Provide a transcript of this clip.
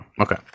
Okay